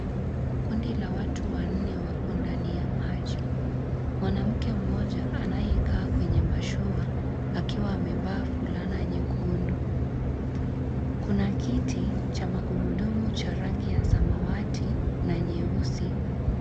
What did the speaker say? Kundi ka watu wanne wapo ndani ya maji. Mwanamke mmoja anayekaa kwenye mashua, akiwa amevaa vulana nyekundu. Kuna kitu cha magurudumu cha rangi ya samawati na nyeusi .